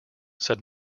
said